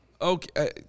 Okay